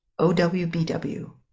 OWBW